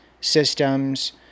systems